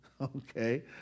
Okay